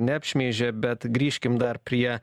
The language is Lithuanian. neapšmeižė bet grįžkim dar prie